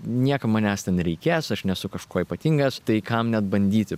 niekam manęs ten nereikės aš nesu kažkuo ypatingas tai kam net bandyti